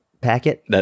packet